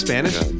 Spanish